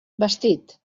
vestit